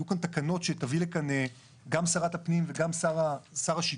יהיו כאן תקנות שתביא לכאן גם שרת הפנים וגם שר השיכון,